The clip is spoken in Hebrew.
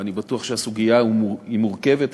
ואני בטוח שהסוגיה מורכבת,